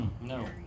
No